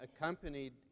accompanied